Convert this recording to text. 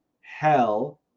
Hell